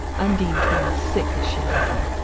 undine turned sick as she listened.